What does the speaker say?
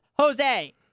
Jose